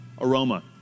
aroma